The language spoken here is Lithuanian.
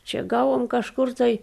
čia gavom kažkur tai